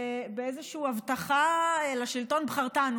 באיזשהו הבטחה: לשלטון בחרתנו,